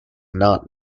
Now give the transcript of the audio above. not